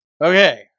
Okay